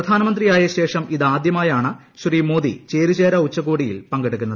പ്രധാനമന്ത്രിയായ ശേഷം ഇതാദ്യമായാണ് ശ്രീ മോദി ചേരിചേരാ ഉച്ചകോടിയിൽ പങ്കെടുക്കുന്നത്